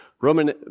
Roman